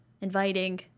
inviting